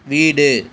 வீடு